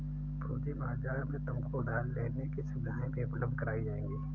पूँजी बाजार में तुमको उधार लेने की सुविधाएं भी उपलब्ध कराई जाएंगी